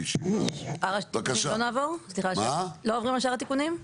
לא עוברים על שאר התיקונים?